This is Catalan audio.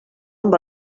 amb